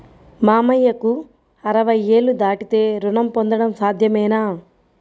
మామయ్యకు అరవై ఏళ్లు దాటితే రుణం పొందడం సాధ్యమేనా?